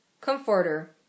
Comforter